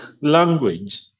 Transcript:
language